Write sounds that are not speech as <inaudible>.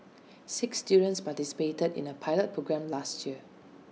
<noise> six students participated in A pilot programme last year